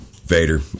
Vader